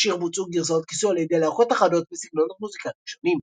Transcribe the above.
לשיר בוצעו גרסאות כיסוי על ידי להקות אחדות בסגנונות מוזיקליים שונים.